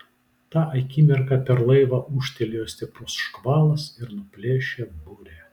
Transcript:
tą akimirką per laivą ūžtelėjo stiprus škvalas ir nuplėšė burę